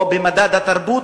או במדד התרבות,